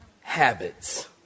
habits